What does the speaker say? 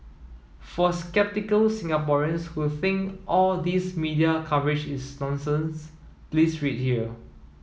for sceptical Singaporeans who think all these media coverage is nonsense please read here